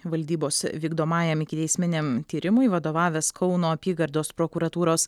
valdybos vykdomajam ikiteisminiam tyrimui vadovavęs kauno apygardos prokuratūros